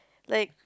like